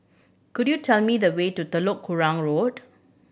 could you tell me the way to Telok Kurau Road